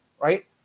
right